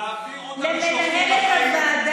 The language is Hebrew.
תעבירו את המשלוחים החיים,